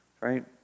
Right